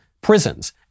prisons